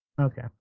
Okay